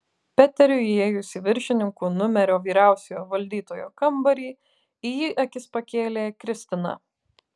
peteriui įėjus į viršininkų numerio vyriausiojo valdytojo kambarį į jį akis pakėlė kristina